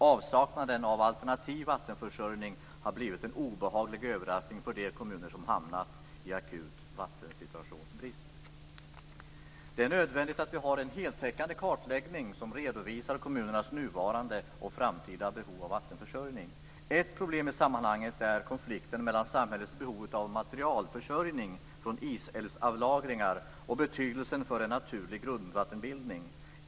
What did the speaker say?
Avsaknaden av alternativ vattenförsörjning har blivit en obehaglig överraskning för de kommuner som har hamnat i en situation med akut vattenbrist. Det är nödvändigt att vi har en heltäckande kartläggning som redovisar kommunernas nuvarande och framtida behov av vattenförsörjning. Ett problem i sammanhanget är konflikten mellan samhällets behov av materialförsörjning från isälvsavlagringar och betydelsen för en naturlig grundvattenbildning.